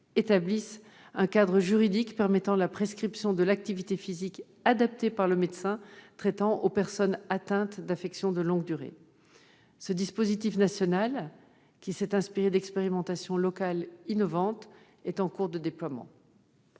établissent un cadre juridique permettant la prescription de l'activité physique adaptée par le médecin traitant aux personnes atteintes d'affections de longue durée. Ce dispositif national, qui s'est inspiré d'expérimentations locales innovantes, est en cours de déploiement.